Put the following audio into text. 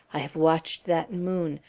i have watched that moon,